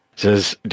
says